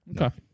Okay